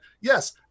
yes